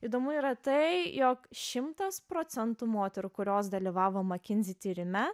įdomu yra tai jog šimtas procentų moterų kurios dalyvavo makinzi tyrime